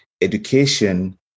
education